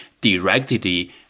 directly